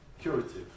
curative